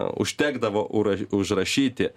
užtekdavo ura užrašyti